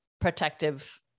protective